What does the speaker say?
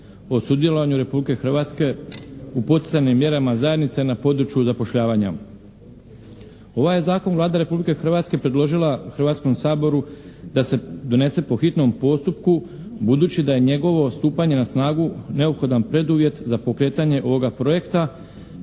o sudjelovanju Republike Hrvatske u poticajnim mjerama zajednice na području zapošljavanja. Ovaj je Zakon Vlada Republike Hrvatske predložila Hrvatskom saboru da se donese po hitnom postupku budući da je njegovo stupanje na snagu neophodan preduvjet za pokretanje ovoga projekta